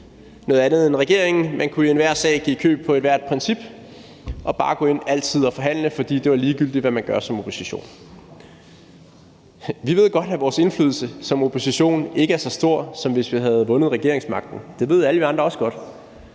noget andet end regeringen. Man kunne jo i enhver sag give køb på ethvert princip og bare altid gå ind og forhandle, fordi det er ligegyldigt, hvad man gør som opposition. Vi ved godt, at vores indflydelse som opposition ikke er så stor, som hvis vi havde vundet regeringsmagten. Det ved alle andre også godt,